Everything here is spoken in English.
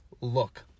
look